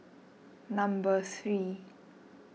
number three